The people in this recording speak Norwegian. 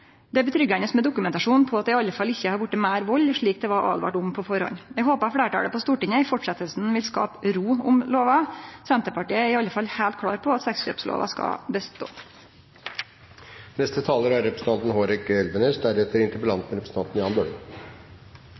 Det kjennest trygt å ha dokumentasjon på at det iallfall ikkje har vorte meir vald, slik det vart åtvara mot på førehand. Eg håper fleirtalet på Stortinget i fortsetjinga vil skape ro om lova. Senterpartiet er iallfall heilt klare på at sexkjøpslova skal